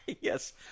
Yes